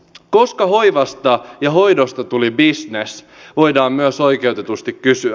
koska hoivasta ja hoidosta tuli bisnes voidaan myös oikeutetusti kysyä